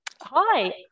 Hi